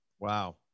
Wow